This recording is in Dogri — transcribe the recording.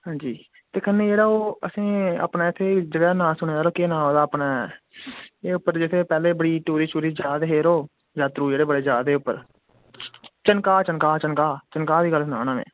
हांजी ते कन्नै जेह्ड़ा ओह् असें जगह दा ना सुने दा यरा केह् ना ओह्दा अपने एह् उप्पर जेह्के पैहले बड़ी टूरिस्ट शूरिस्ट जा दे हे यरो यात्रु जेह्ड़े बड़े जा दे हे उप्पर चनका चनका चनका चनका दी गल्ल सना दा में